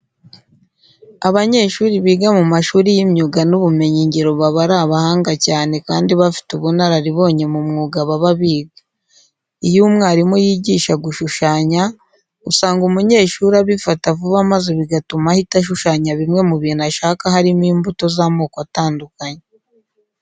Abanyeshuri biga mu mashuri y'imyuga n'ubumenyingiro baba ari abahanga cyane kandi bafite n'ubunararibonye mu mwuga baba biga. Iyo umwarimu yigisha gushushanya, usanga umunyeshuri abifata vuba maze bigatuma ahita ashushanya bimwe mu bintu ashaka harimo imbuto z'amoko atandukanye.